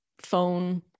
phone